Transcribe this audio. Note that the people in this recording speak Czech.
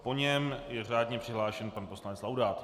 Po něm je řádně přihlášen pan poslanec Laudát.